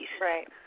Right